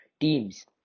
teams